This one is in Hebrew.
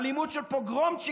אלימות של פוגרומצ'יקים,